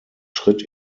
schritt